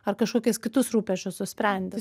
ar kažkokius kitus rūpesčius tu sprendi